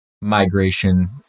migration